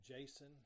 Jason